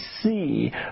see